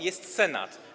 Jest Senat.